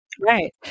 Right